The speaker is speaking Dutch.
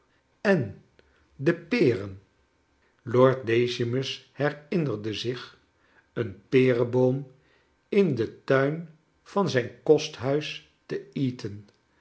en de peren lord decimus herinnerde zich een pereboom in den tuin van zijn kosthuis te eton